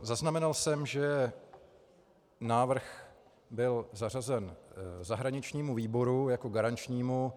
Zaznamenal jsem, že návrh byl zařazen zahraničnímu výboru jako garančnímu.